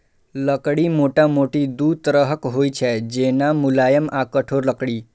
लकड़ी मोटामोटी दू तरहक होइ छै, जेना, मुलायम आ कठोर लकड़ी